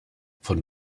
von